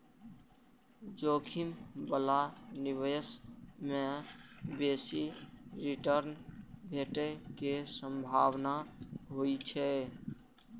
जोखिम बला निवेश मे बेसी रिटर्न भेटै के संभावना होइ छै